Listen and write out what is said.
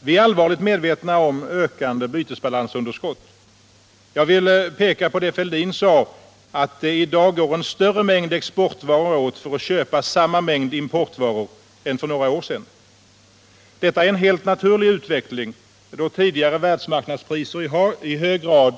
Vi är allvarligt medvetna om ökande bytesbalansunderskott. Jag vill peka på det Fälldin sade, att det i dag går åt en större mängd exportvaror för att köpa samma mängd importvaror än det gjorde för några år sedan. Detta är en helt naturlig utveckling, då tidigare världsmarknadspriser i hög grad